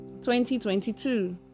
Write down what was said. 2022